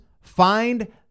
find